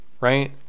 right